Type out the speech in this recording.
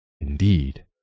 indeed